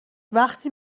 وقتی